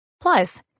Plus